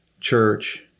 church